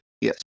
yes